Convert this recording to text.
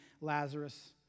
Lazarus